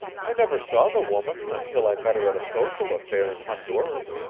i never saw the woman until i met her at a social affair in honduras.